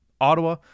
Ottawa